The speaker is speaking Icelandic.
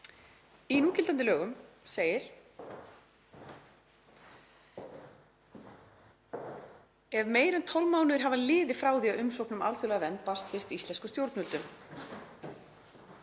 Í núgildandi lögum segir: „Ef meira en 12 mánuðir hafa liðið frá því að umsókn um alþjóðlega vernd barst fyrst íslenskum stjórnvöldum